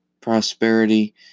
prosperity